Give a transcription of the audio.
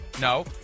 No